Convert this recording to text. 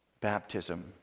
baptism